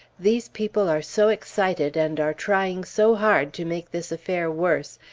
these people are so excited, and are trying so hard to make this affair worse,